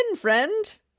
friend